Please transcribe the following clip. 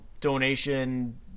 donation